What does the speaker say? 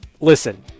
listen